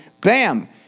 bam